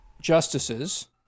justices